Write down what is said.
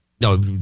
no